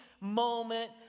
moment